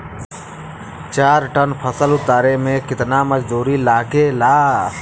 चार टन फसल उतारे में कितना मजदूरी लागेला?